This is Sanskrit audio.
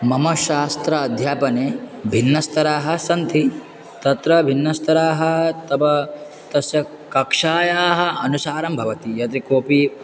मम शास्त्र अध्यापने भिन्नस्तराः सन्ति तत्र भिन्नस्तराः तव तस्य कक्षायाः अनुसारं भवति यदि कोपि